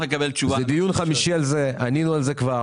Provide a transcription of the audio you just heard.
זה, ענינו על זה כבר.